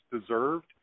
deserved